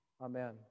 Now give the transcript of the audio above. Amen